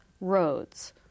roads